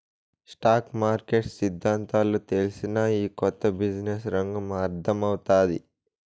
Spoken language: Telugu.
స్టాక్ మార్కెట్ సిద్దాంతాలు తెల్సినా, ఈ కొత్త బిజినెస్ రంగం అర్థమౌతాది